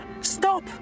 Stop